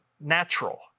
natural